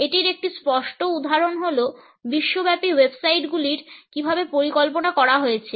এটির একটি স্পষ্ট উদাহরণ হল বিশ্বব্যাপী ওয়েবসাইটগুলির কীভাবে পরিকল্পনা করা হয়েছে